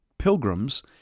pilgrims